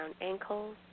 ankles